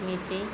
मी ते